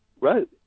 Right